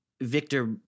Victor